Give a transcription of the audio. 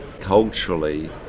culturally